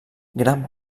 gran